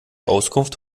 auskunft